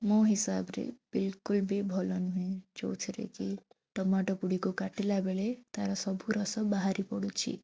ମୋ ହିସାବରେ ବିଲକୁଲ୍ ବି ଭଲ ନୁହେଁ ଯୋଉଥିରେ କି ଟମାଟୋଗୁଡ଼ିକୁ କାଟିଲା ବେଳେ ତା'ର ସବୁ ରସ ବାହାରି ପଡ଼ୁଛି